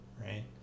right